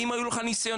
האם היו לך ניסיונות?